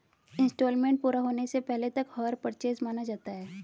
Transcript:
instalment पूरा होने से पहले तक हायर परचेस माना जाता है